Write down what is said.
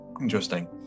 interesting